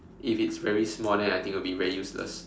if it's very small then I think it will be very useless